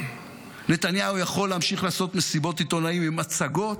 נתניהו יכול להמשיך לעשות מסיבות עיתונאים עם מצגות,